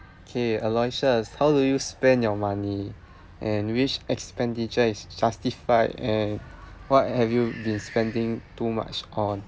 okay aloysius how do you spend your money and which expenditure is justified and what have you been spending too much on